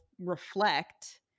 reflect